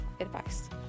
advice